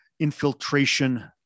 infiltration